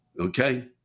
Okay